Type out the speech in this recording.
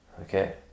Okay